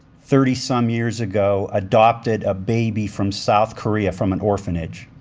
thirty some years ago, adopted a baby from south korea from an orphanage,